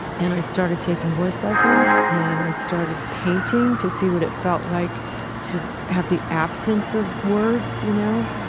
and i started taking voice lessons and i started painting to see what it felt like to have the absence of words, you know,